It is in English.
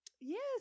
Yes